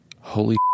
holy